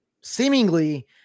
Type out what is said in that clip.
seemingly